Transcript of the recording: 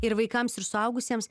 ir vaikams ir suaugusiems